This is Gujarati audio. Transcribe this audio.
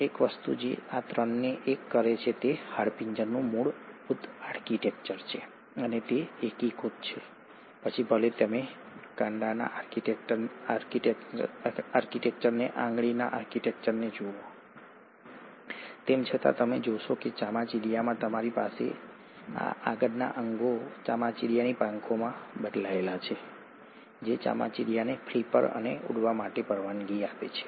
એક વસ્તુ જે આ ત્રણને એક કરે છે તે હાડપિંજરનું મૂળભૂત આર્કિટેક્ચર છે અને તે એકીકૃત છે પછી ભલે તમે કાંડાના આર્કિટેક્ચરને આંગળીના આર્કિટેક્ચરને જુઓ તેમ છતાં તમે જોશો કે ચામાચીડિયામાં તમારી પાસે આ આગળના અંગો ચામાચીડિયાની પાંખોમાં બદલાયેલા છે જે ચામાચીડિયાને ફ્લિપર અને ઉડવા માટે પરવાનગી આપે છે